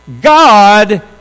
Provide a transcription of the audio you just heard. God